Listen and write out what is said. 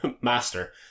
Master